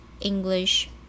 English